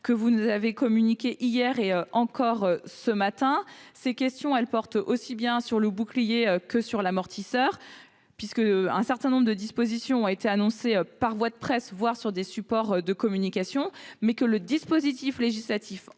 que vous nous avez communiqués hier et ce matin. Ces questions portent aussi bien sur le bouclier que sur l'amortisseur, puisqu'un certain nombre de dispositions ont été annoncées par voie de presse, voire sur d'autres supports de communication, mais que le dispositif législatif